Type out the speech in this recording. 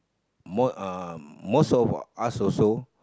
more uh most of us also